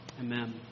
Amen